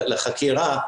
לחקירה,